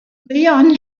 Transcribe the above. leon